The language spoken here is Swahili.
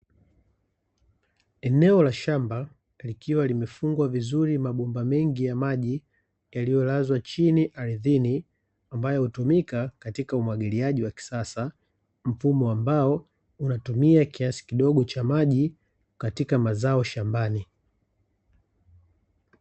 Eneo la shamba likiwa limefugwa vizuri mabomba mengi ya maji, yaliyolazwa chini ardhini, ambayo hutumika katika umwagiliaji wa kisasa. Mfumo ambao unatumia kiasi kidogo cha maji, katika mazao shambani